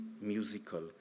musical